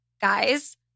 guys